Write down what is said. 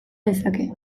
dezake